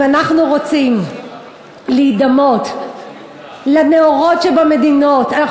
אם אנחנו רוצים להידמות לנאורות שבמדינת אנחנו